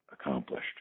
accomplished